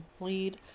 lead